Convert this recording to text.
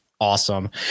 awesome